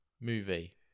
movie